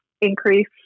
increase